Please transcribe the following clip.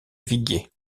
viguier